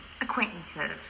acquaintances